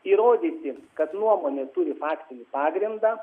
įrodyti kad nuomonė turi faktinį pagrindą